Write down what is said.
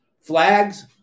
Flags